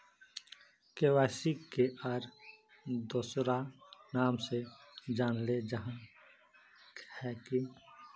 KYC के आर दोसरा नाम से जानले जाहा है की?